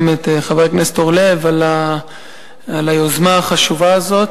את חבר הכנסת אורלב על היוזמה החשובה הזאת,